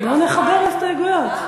בואו נחבר את ההסתייגויות.